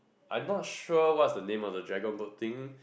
I not sure what's the name of the dragon boat team